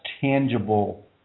tangible